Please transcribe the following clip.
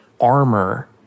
armor